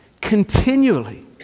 continually